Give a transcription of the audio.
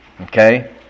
Okay